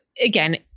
again